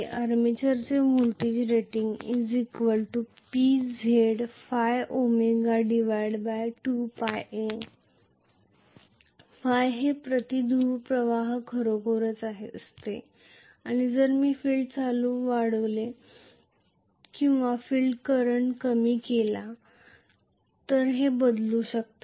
आर्मेचरचे voltage rating P Z 2a PZ 2a ϕ हे प्रति ध्रुवप्रवाह खरोखरच असते आणि जर मी फील्ड करंट वाढविले किंवा फील्ड करंट कमी केला तर ते बदलू शकतात